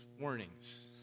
warnings